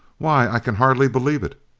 why, i can hardly believe it!